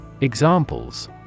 Examples